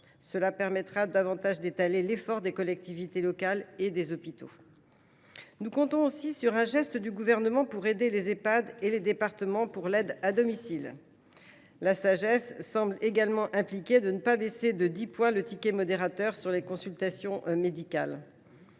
afin d’étaler davantage l’effort des collectivités locales et des hôpitaux. Nous comptons aussi sur un geste du Gouvernement en faveur des Ehpad et des départements pour l’aide à domicile. La sagesse enjoindrait également de ne pas baisser de dix points le ticket modérateur sur les consultations médicales.